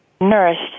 nourished